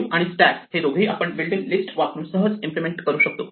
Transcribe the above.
Q आणि stack हे दोघेही आपण बिल्ट इन लिस्ट वापरून सहज इम्प्लिमेंट करू शकतो